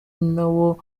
nawo